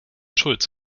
schulz